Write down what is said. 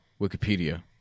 Wikipedia